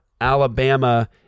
Alabama